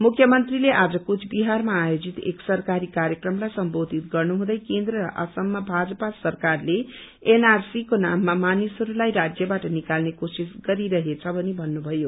मुख्यमन्त्रीले आज कूव विहारमा आयोजित एक सरकारी कार्यक्रमलाई सम्बोधित गर्नुहुँदै केन्द्र र असममा भाजपा सरकारले एनआरसीको नाममा मानिसहस्लाई राज्यवाट निकाल्ने कोशिश गरिरहेछ भनी भन्नुभयो